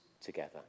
together